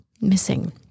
missing